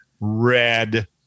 red